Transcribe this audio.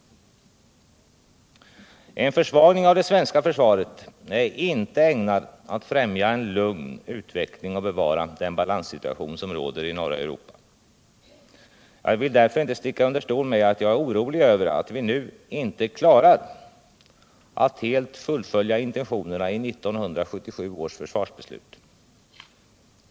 En försvagning av det svenska försvaret är inte ägnad att främja en lugn utveckling och bevara den balanssituation som råder i norra Europa. Jag vill därför inte sticka under stol med att jag är orolig över att vi nu inte klarar att helt fullfölja intentionerna i 1977 års försvarsbeslut.